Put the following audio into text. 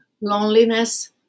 loneliness